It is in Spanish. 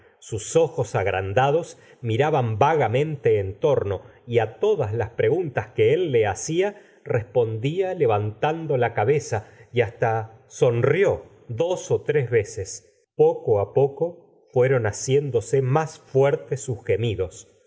sus ojos agrandados miraban vagamente en torno y á todas las preguntas que él le hacia respondía levantando la cabeza y hasta sonrió dos ó tres veces poco á poco fueron haciéndose má